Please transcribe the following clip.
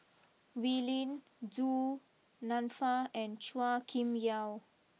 Wee Lin Du Nanfa and Chua Kim Yeow